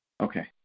Okay